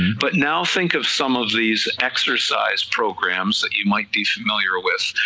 but now think of some of these exercise programs that you might be familiar with,